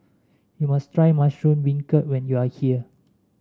you must try Mushroom Beancurd when you are here